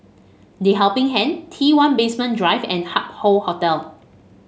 The Helping Hand one Basement Drive and Hup Hoe Hotel